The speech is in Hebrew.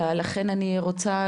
ולכן אני רוצה,